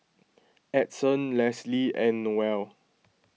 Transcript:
Edson Lesley and Noelle